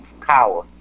Power